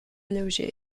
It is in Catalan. lleuger